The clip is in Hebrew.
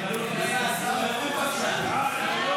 32 בעד, 39 נגד.